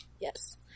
Yes